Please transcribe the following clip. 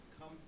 come